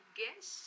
guess